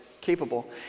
capable